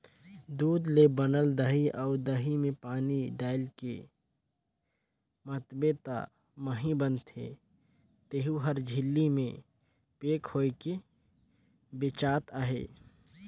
दूद ले बनल दही अउ दही में पानी डायलके मथबे त मही बनथे तेहु हर झिल्ली में पेक होयके बेचात अहे